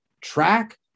track